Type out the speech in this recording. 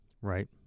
Right